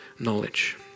Knowledge